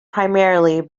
primarily